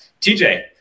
tj